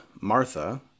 Martha